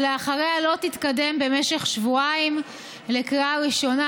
ואחריה היא לא תתקדם במשך שבועיים לקריאה ראשונה.